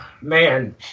man